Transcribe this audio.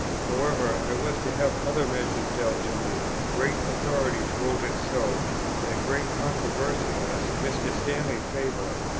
however, i was to have other measure dealt to me great authorities ruled it so and a great controversialist, mr. stanley faber,